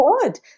good